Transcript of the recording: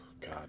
God